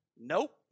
Nope